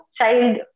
child